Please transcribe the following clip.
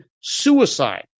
suicide